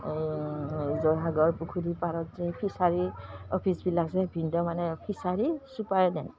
এই জয়সাগৰ পুখুৰী পাৰত যে ফিছাৰী অফিচবিলাক যে ভিনদেউ মানে ফিছাৰী ছুপাৰডেণ্ট